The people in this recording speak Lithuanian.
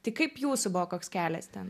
tai kaip jūsų buvo koks kelias ten